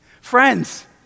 Friends